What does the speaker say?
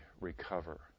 recover